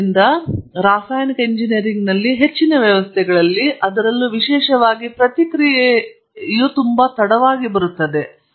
ಆದರೆ ರಾಸಾಯನಿಕ ಎಂಜಿನಿಯರಿಂಗ್ನಲ್ಲಿ ಹೆಚ್ಚಿನ ವ್ಯವಸ್ಥೆಗಳಲ್ಲಿ ಅದರಲ್ಲೂ ವಿಶೇಷವಾಗಿ ಪ್ರತಿಕ್ರಿಯೆಯು ತುಂಬಾ ತಡವಾಗಿ ಬರುತ್ತದೆ